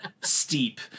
steep